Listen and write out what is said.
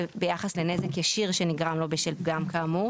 זה ביחס לנזק ישיר שנגרם לו בשל פגם כאמור.